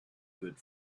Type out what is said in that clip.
good